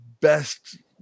best